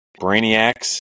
brainiacs